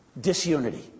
disunity